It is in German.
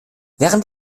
während